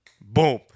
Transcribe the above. Boom